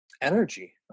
energy